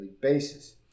basis